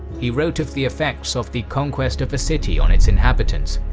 he wrote of the effects of the conquest of a city on its inhabitants.